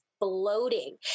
bloating